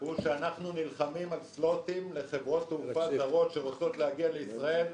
הוא שאנחנו נלחמים על סלוטים לחברות תעופה זרות שרוצות להגיע לישראל,